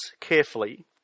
carefully